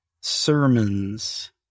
sermons